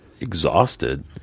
exhausted